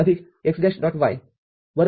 y x